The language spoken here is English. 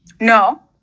No